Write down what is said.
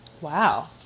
Wow